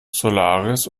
solaris